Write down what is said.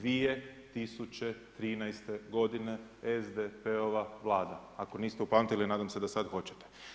2013 godine SDP-ova Vlada, ako niste upamtili nadam se da sad hoćete.